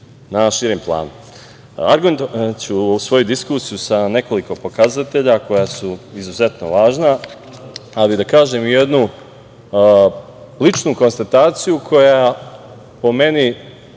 na širem planu. Argumentovaću svoju diskusiju sa nekoliko pokazatelja koja su izuzetno važna, ali da kažem jednu ličnu konstataciju koja je, po meni,